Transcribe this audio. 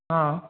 हाँ